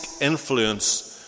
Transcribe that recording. influence